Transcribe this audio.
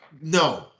no